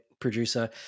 producer